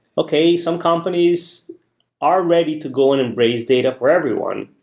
okay, some companies are ready to go and embrace data for everyone.